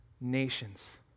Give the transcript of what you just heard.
Nations